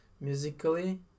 musically